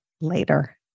later